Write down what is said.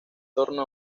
torno